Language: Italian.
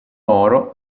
oro